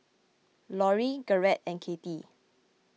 Lorri Garret and Katie